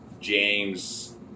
James